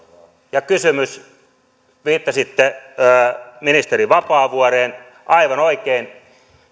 ja viittasitte ministeri vapaavuoreen aivan oikein